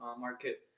market